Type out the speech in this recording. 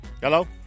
hello